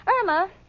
Irma